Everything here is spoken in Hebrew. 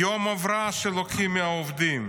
יום הבראה שלוקחים מהעובדים,